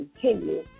continue